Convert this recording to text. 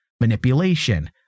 manipulation